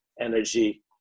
energy